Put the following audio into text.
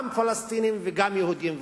גם פלסטינים וגם יהודים.